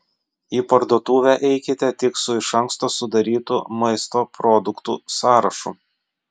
į parduotuvę eikite tik su iš anksto sudarytu maisto produktų sąrašu